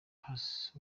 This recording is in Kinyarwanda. pass